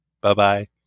Bye-bye